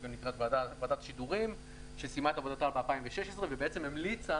שידורים שסיימה את עבודתה ב-2016 ובעצם המליצה